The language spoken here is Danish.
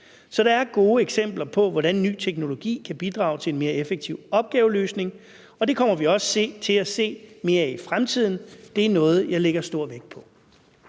Så der er gode eksempler på, hvordan ny teknologi kan bidrage til en mere effektiv opgaveløsning, og det kommer vi også til at se mere af i fremtiden. Det er noget, jeg lægger stor vægt på.